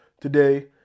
today